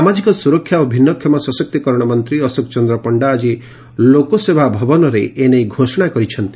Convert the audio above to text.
ସାମାଜିକ ସୁରକ୍ଷା ଓ ଭିନୁଷମ ସଶକ୍ତୀକରଣ ମନ୍ତୀ ଅଶୋକ ଚନ୍ଦ୍ର ପଶ୍ତା ଆକି ଲୋକସେବା ଭବନରେ ଏନେଇ ଘୋଷଣା କରିଛନ୍ତି